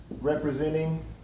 representing